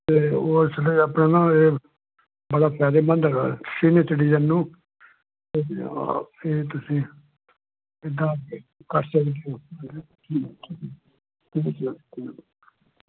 ਅਤੇ ਉਸਦੇ ਆਪਣੇ ਨਾ ਇਹ ਬੰਦਾ ਫਾਇਦੇਮੰਦ ਰਹੇ ਸੀਨੀਅਰ ਸਿਟੀਜਨ ਨੂੰ ਇਹ ਤੁਸੀਂ ਇੱਦਾਂ ਕਰ ਸਕਦੇ ਹੋ ਠੀਕ ਹੈ ਠੀਕ ਹੈ